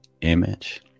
image